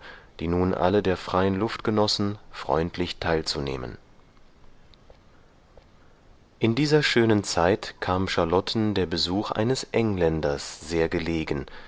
die nun alle der freien luft genossen freundlich teilzunehmen in dieser schönen zeit kam charlotten der besuch eines engländers sehr gelegen